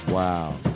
Wow